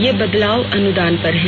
ये बदलाव अनुदान पर हैं